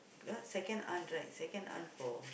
ah second aunt right second aunt for